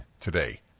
today